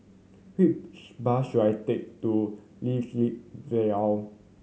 which bus should I take to Vale